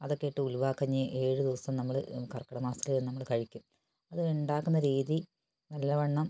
അതൊക്കെ ഇട്ട് ഉലുവ കഞ്ഞി ഏഴ് ദിവസം നമ്മൾ കർക്കിടക മാസത്തിൽ നമ്മൾ കഴിക്കും അത് ഉണ്ടാക്കുന്ന രീതി നല്ലവണ്ണം